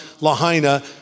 Lahaina